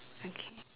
okay